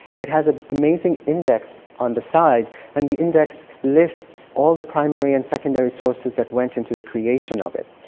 it has an amazing index on the side and the index lists all the primary and secondary sources that went into the creation of it.